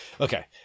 Okay